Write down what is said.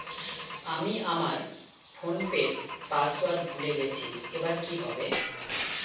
আমি আমার ফোনপের পাসওয়ার্ড ভুলে গেছি এবার কি হবে?